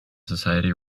society